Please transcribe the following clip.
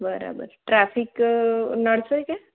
બરાબર ટ્રાફિક નડશે કે